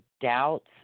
doubts